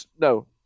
no